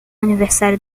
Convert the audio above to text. aniversário